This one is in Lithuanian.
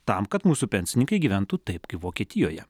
tam kad mūsų pensininkai gyventų taip kaip vokietijoje